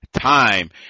time